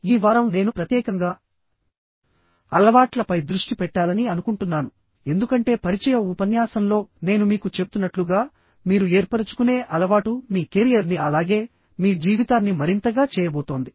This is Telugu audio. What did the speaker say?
ఈ వారం నేను ప్రత్యేకంగా అలవాట్ల పై దృష్టి పెట్టాలని అనుకుంటున్నాను ఎందుకంటే పరిచయ ఉపన్యాసంలో నేను మీకు చెప్తున్నట్లుగా మీరు ఏర్పరుచుకునే అలవాటు మీ కేరియర్ ని అలాగే మీ జీవితాన్ని మరింతగా చేయబోతోంది